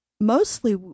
Mostly